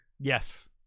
Yes